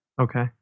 Okay